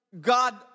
God